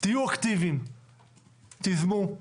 תהיו אקטיביים, תיזמו.